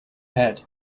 head